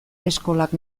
eskolak